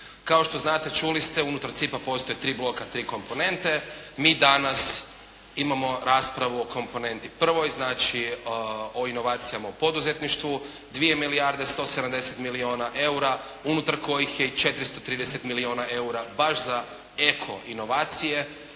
Kao što znate, čuli ste, unutar CIP-a postoje tri bloka, tri komponente, mi danas imamo raspravu o komponentni prvoj, znači o inovacijama u poduzetništvu, 2 milijarde i 170 milijuna eura unutar kojih je 430 milijuna eura baš za eko inovacije